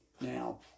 Now